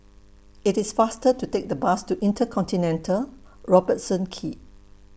IT IS faster to Take The Bus to InterContinental Robertson Quay